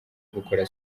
gukora